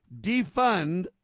Defund